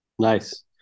Nice